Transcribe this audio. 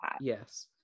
Yes